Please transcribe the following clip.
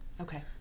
okay